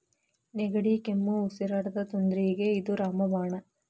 ನೆಗಡಿ, ಕೆಮ್ಮು, ಉಸಿರಾಟದ ತೊಂದ್ರಿಗೆ ಇದ ರಾಮ ಬಾಣ